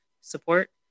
support